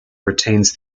retains